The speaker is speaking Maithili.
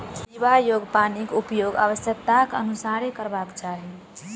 पीबा योग्य पानिक उपयोग आवश्यकताक अनुसारेँ करबाक चाही